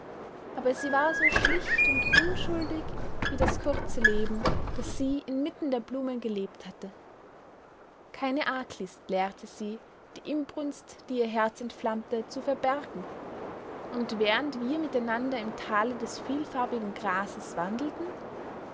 aber sie war so schlicht und unschuldig wie das kurze leben das sie inmitten der blumen gelebt hatte keine arglist lehrte sie die inbrunst die ihr herz entflammte zu verbergen und während wir miteinander im tale des vielfarbigen grases wandelten